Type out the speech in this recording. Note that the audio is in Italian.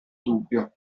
dubbio